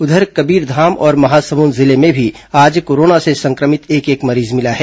उधर कबीरघाम और महासमुंद जिले में भी आज कोरोना से सं क्र मित एक एक मरीज मिला है